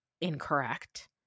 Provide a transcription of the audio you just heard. incorrect